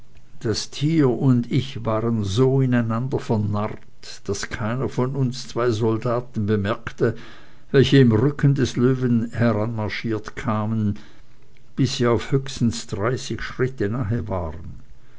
das tier und ich waren so ineinander vernarrt daß keiner von uns zwei soldaten bemerkte welche im rücken des löwen hermarschiert kamen bis sie auf höchstens dreißig schritte nahe waren